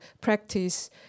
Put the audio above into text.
practice